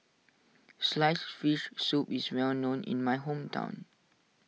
Sliced Fish Soup is well known in my hometown